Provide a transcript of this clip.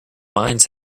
mines